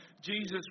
Jesus